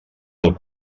del